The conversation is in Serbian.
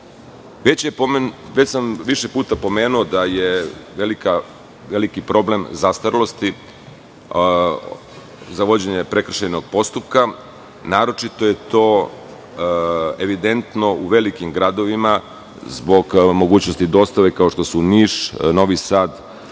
porodici. Više puta sam pomenuo da je veliki problem zastarelosti za vođenje prekršajnog postupka, naročito je to evidentno u velikim gradovima, zbog mogućnosti dostave, kao što su Niš, Novi Sad